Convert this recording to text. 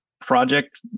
project